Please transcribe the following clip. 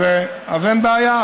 אז אין בעיה.